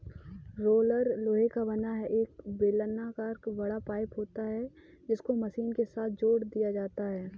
roller लोहे का बना एक बेलनाकर बड़ा पाइप होता है जिसको मशीन के साथ जोड़ दिया जाता है